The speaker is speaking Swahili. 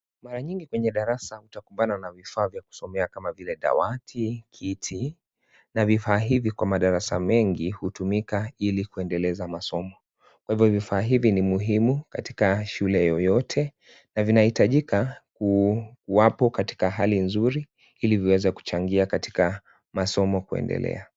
Mara nyingi kwenye darasa utakumbana na vifaa vya kusomea kama vile dawati, kiti na vifaa hivi kwa madarasa mengi hutumika ili kuendeleza masomo, kwa hivo vifaa hivi ni muhimu katika shule yeyote na vinahitajika kuwapo katika hali nzuri ili ziweze kuchangia katika masomo kuendelea.